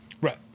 right